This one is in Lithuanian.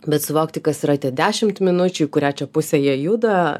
bet suvokti kas yra tie dešimt minučių į kurią čia pusę jie juda